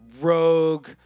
rogue